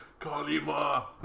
Kalima